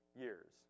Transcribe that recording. years